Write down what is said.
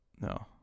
No